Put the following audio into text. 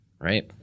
Right